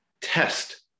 test